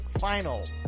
final